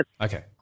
Okay